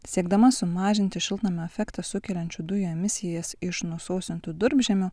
siekdama sumažinti šiltnamio efektą sukeliančių dujų emisijas iš nusausintų durpžemių